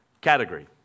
category